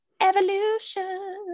evolution